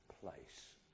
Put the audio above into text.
place